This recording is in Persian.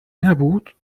نبود